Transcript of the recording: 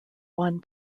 won